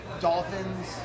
Dolphins